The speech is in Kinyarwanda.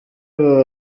uyobewe